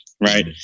right